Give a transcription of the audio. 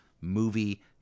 movie